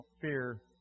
fear